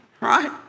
right